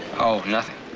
oh, nothing.